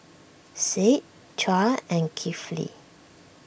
Said Tuah and Kefli